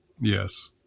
Yes